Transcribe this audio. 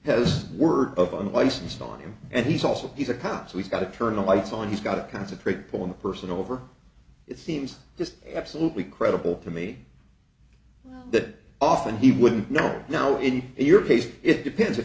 has word of unlicensed on him and he's also he's a cop so he's got to turn the lights on he's got a concentrated pull on the person over it seems just absolutely credible to me that often he wouldn't know now in your case it depends if